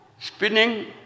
spinning